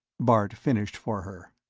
bart finished for her.